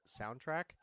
soundtrack